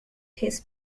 his